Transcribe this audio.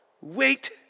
Wait